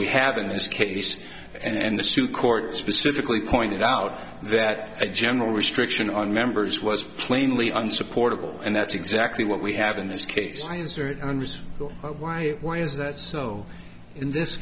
we have in this case and the sioux court specifically pointed out that a general restriction on members was plainly unsupportable and that's exactly what we have in this case understand why it why is that so in this